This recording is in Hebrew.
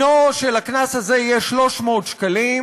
סכום הקנס הזה יהיה 300 שקלים,